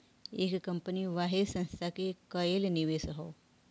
एक कंपनी वाहे संस्था के कएल निवेश हौ